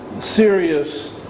serious